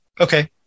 Okay